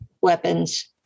weapons